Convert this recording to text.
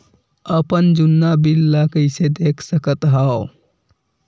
अपन जुन्ना बिल ला कइसे देख सकत हाव?